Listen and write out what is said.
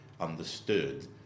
understood